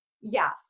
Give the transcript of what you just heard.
Yes